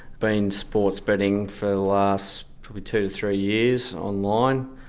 been sports betting for last two to three years online.